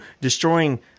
destroying